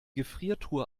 gefriertruhe